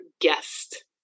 guest